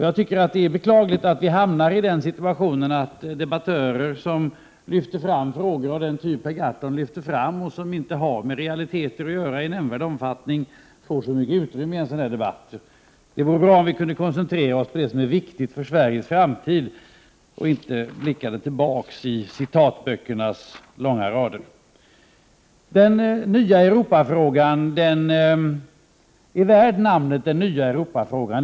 Jag tycker att det är beklagligt att vi hamnar i den situationen att debattörer som lyfter fram frågor av den typ Per Gahrton lyfter fram, som inte i nämnvärd omfattning har med realiteter att göra, får så mycket utrymme i en sådan här debatt. Det vore bra om vi kunde koncentrera oss på det som är viktigt för Sveriges framtid och inte blickade tillbaka i de långa raderna av citatböcker. Den nya Europafrågan är värd namnet Den nya Europafrågan.